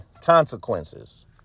consequences